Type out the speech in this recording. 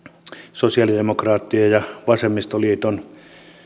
sosialidemokraattien ja vasemmistoliiton